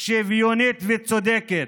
שוויונית וצודקת,